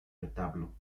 retablo